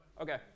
Okay